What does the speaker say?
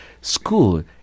School